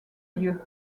lieux